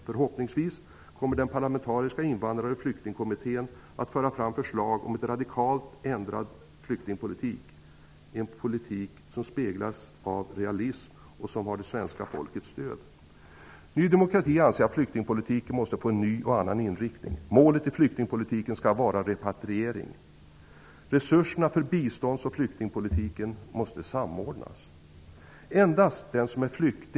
Förhoppningsvis kommer den parlamentariska Invandrar och flyktingkommittén att föra fram förslag om en radikalt ändrad flyktingpolitik -- en politik som speglas av realism och som har det svenska folkets stöd. Ny demokrati anser att flyktingpolitiken måste få en ny och annan inriktning. Målet i flyktingpolitiken skall vara repatriering. Resurserna för bistånds och flyktingpolitiken måste samordnas.